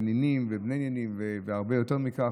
נינים ובני נינים והרבה יותר מכך,